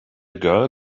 girl